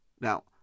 Now